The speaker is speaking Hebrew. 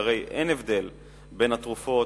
הרי אין הבדל בין התרופות,